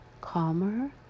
calmer